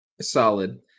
solid